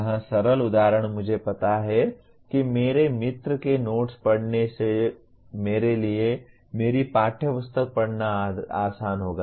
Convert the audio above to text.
यहाँ सरल उदाहरण मुझे पता है कि मेरे मित्र के नोट्स पढ़ने से मेरे लिए मेरी पाठ्यपुस्तक पढ़ना आसान होगा